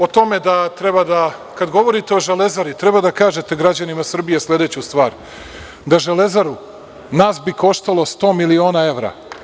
O tome da treba da, kad govorite o „Železari“, treba da kažete građanima Srbije sledeću stvar da „Železaru“, nas bi koštalo 100 miliona evra.